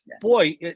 Boy